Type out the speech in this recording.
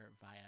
via